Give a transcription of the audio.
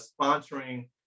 sponsoring